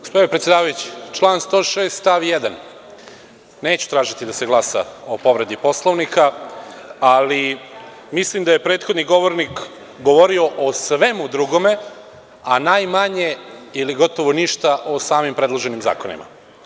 Gospodine predsedavajući, član 106. stav 1. Neću tražiti da se glasa o povredi Poslovnika, ali mislim da je prethodni govornik govorio o svemu drugome, a najmanje ili gotovo ništa o samim predloženim zakonima.